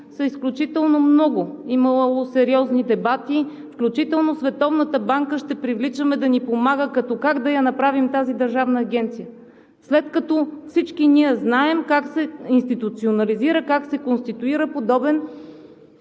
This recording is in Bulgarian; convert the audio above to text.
са изключително много, имало е сериозни дебати, включително и Световната банка ще привличаме да ни помага, като как да я направим тази държавна агенция, след като всички ние знаем как се институционализира, как се конституира подобен